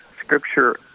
Scripture